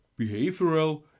behavioral